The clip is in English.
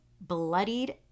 bloodied